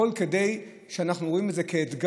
הכול, משום שאנחנו רואים את זה כאתגר.